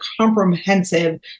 comprehensive